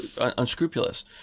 unscrupulous